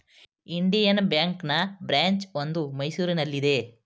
Indian ಬ್ಯಾಂಕ್ನ branch ಒಂದು ಮೈಸೂರಲ್ಲಿದೆ